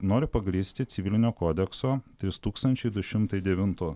noriu pagrįsti civilinio kodekso trys tūkstančiai du šimtai devinto